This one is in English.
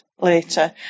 later